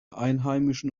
einheimischen